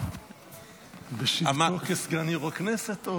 בשבתו כסגן יו"ר הכנסת?